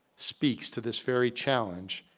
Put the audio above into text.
speaks to this very challenge,